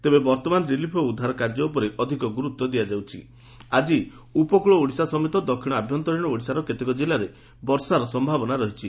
ତେବେ ବର୍ଉମାନ ରିଲିଫ୍ ଓ ଉଦ୍ଧାର କାର୍ଯ୍ୟ ଉପରେ ଗୁରୁତ୍ ଦିଆଯାଉଛି ଆକି ଉପକକଳ ଓଡ଼ିଶା ସମେତ ଦକ୍ଷିଣ ଆଭ୍ୟନ୍ତରୀଣ ଓଡ଼ିଶାର କେତେକ ଜିଲ୍ଲାରେ ବର୍ଷାର ସ୍ୟାବନା ରହିଛି